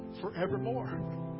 forevermore